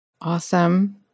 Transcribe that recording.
Awesome